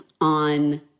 on